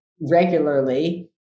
regularly